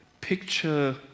Picture